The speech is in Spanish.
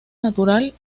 natural